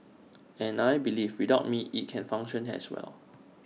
and I believe without me IT can function as well